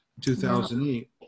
2008